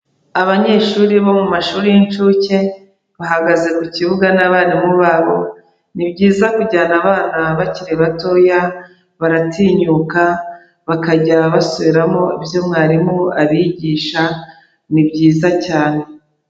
Abanyeshuri bo mu mashuri y'incuke, bahagaze ku kibuga n'abarimu babo, ni byiza kujyana abana bakiri batoya, baratinyuka, bakajya basubiramo ibyo mwarimu abigisha, ni byiza cyane.